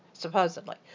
supposedly